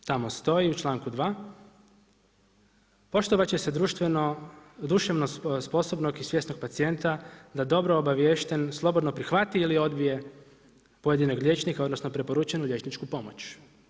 Također tamo stoji u članku 2. poštovat će se društveno, duševno sposobnog i svjesnog pacijenta da dobro obaviješten, slobodno prihvati ili odbije pojedinog liječnika odnosno preporučenu liječničku pomoć.